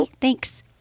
Thanks